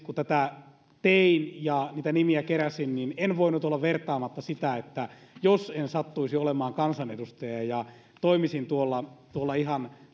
kun tätä tein ja niitä nimiä keräsin en voinut olla vertaamatta että jos en sattuisi olemaan kansanedustaja vaan toimisin tuolla tuolla ihan